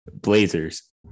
blazers